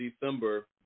December